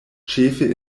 ĉefe